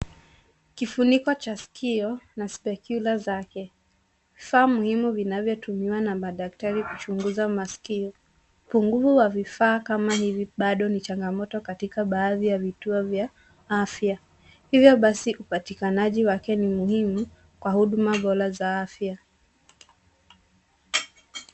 Kifuniko cha sikio na specula zake. Vifaa muhimu vinavyotumiwa na madaktari kuchunguza masikio. Upungufu wa vifaa kama hivi bado ni changamoto katika baadhi ya vituo vya afya. Hivyo basi upatikanaji wake ni muhimu kwa huduma bora za afya.